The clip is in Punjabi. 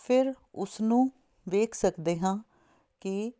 ਫਿਰ ਉਸਨੂੰ ਵੇਖ ਸਕਦੇ ਹਾਂ ਕਿ